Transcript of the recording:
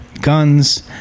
guns